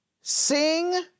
sing